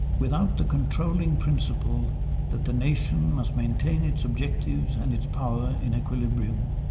without the controlling principle that the nation must maintain its objectives and its power in equilibrium,